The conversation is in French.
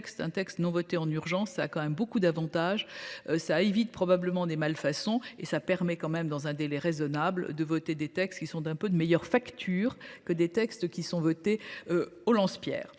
un texte non en urgence a quand même beaucoup d'avantages. Ça évite, probablement des malfaçons et ça permet quand même dans un délai raisonnable de voter des textes qui sont d'un peu de meilleure facture que des textes qui sont votés. Au lance-pierres.